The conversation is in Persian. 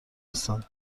هستند